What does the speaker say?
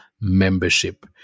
membership